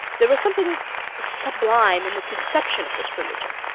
there was something sublime in the conception of this religion.